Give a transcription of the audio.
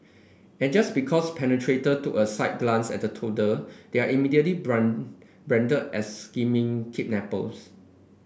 and just because perpetrator took a slight glance at a toddler they are immediately brand branded as scheming kidnappers